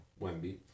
Wemby